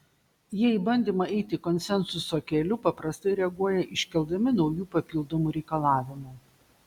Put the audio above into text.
jie į bandymą eiti konsensuso keliu paprastai reaguoja iškeldami naujų papildomų reikalavimų